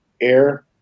air